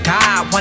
God